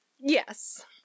yes